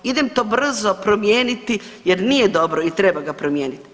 Idem to brzo promijeniti jer nije dobro i treba ga promijeniti.